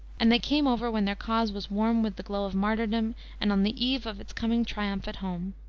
and they came over when their cause was warm with the glow of martyrdom and on the eve of its coming triumph at home.